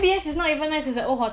but then now cannot